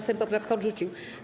Sejm poprawkę odrzucił.